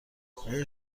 آیا